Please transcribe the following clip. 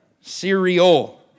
Cereal